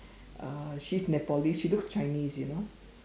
uh she is Nepalese she looks Chinese you know